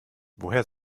woher